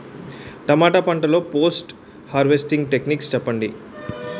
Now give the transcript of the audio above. టమాటా పంట లొ post harvesting techniques చెప్పండి?